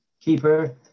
keeper